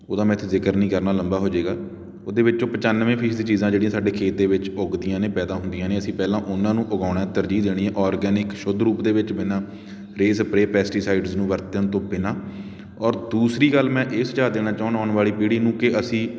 ਉਹਦਾ ਮੈਂ ਇੱਥੇ ਜ਼ਿਕਰ ਨਹੀਂ ਕਰਨਾ ਲੰਬਾ ਹੋ ਜਾਵੇਗਾ ਉਹਦੇ ਵਿੱਚੋਂ ਪਚਾਨਵੇਂ ਫ਼ੀਸਦੀ ਚੀਜ਼ਾਂ ਜਿਹੜੀਆਂ ਸਾਡੇ ਖੇਤ ਦੇ ਵਿੱਚ ਉੱਗਦੀਆਂ ਨੇ ਪੈਦਾ ਹੁੰਦੀਆਂ ਨੇ ਅਸੀਂ ਪਹਿਲਾ ਉਨ੍ਹਾਂ ਨੂੰ ਉਗਾਉਣਾ ਤਰਜੀਹ ਦੇਣੀ ਹੈ ਔਰਗੈਨਿਕ ਸ਼ੁੱਧ ਰੂਪ ਦੇ ਵਿੱਚ ਬਿਨਾਂ ਰੇਹ ਸਪਰੇਅ ਪੈਸਟੀਸਾਈਡਸ ਨੂੰ ਵਰਤਣ ਤੋਂ ਬਿਨਾਂ ਔਰ ਦੂਸਰੀ ਗੱਲ ਮੈਂ ਇਹ ਸੁਝਾਅ ਦੇਣਾ ਚਾਹੁੰਦਾ ਆਉਣ ਵਾਲੀ ਪੀੜੀ ਨੂੰ ਕਿ ਅਸੀਂ